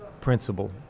principle